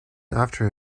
after